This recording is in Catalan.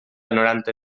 noranta